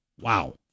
Wow